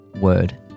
word